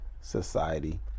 society